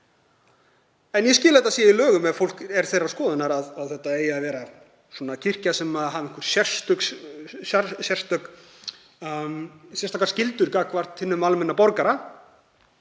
Ég skil að þetta sé í lögum ef fólk er þeirrar skoðunar að þetta eigi að vera kirkja sem hafi einhver sérstakar skyldur gagnvart hinum almenna borgara,